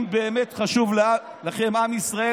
אם באמת חשוב לכם עם ישראל,